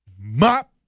MOP